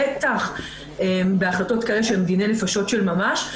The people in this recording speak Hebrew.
בטח בהחלטות כאלה שהן דיני נפשות של ממש.